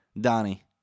Donnie